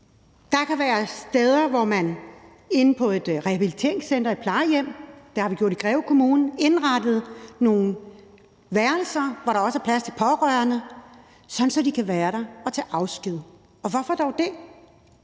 hver dag. På steder som rehabiliteringscentre og plejehjem har man, ligesom vi har gjort det i Greve Kommune, indrettet nogle værelser, hvor der også er plads til pårørende, sådan at de kan være der og tage afsked. Og hvorfor dog det?